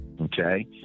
Okay